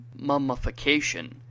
mummification